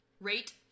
Rate